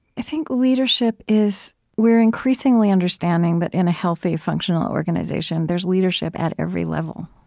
i think leadership is we're increasingly understanding that in a healthy, functional organization, there's leadership at every level